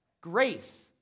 Grace